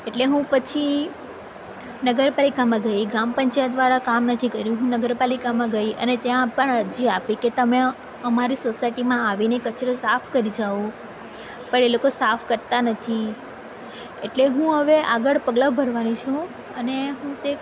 એટલે હું પછી નગરપાલિકામાં ગઈ ગ્રામપંચાયતવાળા કામ નથી કર્યું હું નગરપાલિકામાં ગઈ અને ત્યાં પણ અરજી આપી કે તમે અમારી સોસાયટીમાં આવીને કચરો સાફ કરી જાવ પણ એ લોકો સાફ કરતા નથી એટલે હું હવે આગળ પગલાં ભરવાની છું અને હું તે